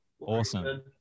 Awesome